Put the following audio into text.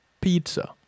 pizza